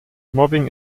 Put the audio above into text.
mobbing